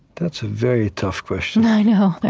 that's a very tough question i know.